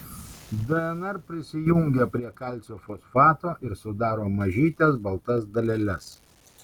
dnr prisijungia prie kalcio fosfato ir sudaro mažytes baltas daleles